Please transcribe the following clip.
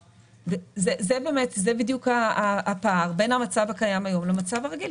זה בדיוק הפער בין המצב הקיים היום למצב הרגיל.